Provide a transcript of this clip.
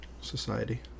society